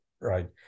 right